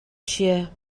چیه